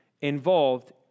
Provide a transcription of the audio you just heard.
involved